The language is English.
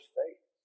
faith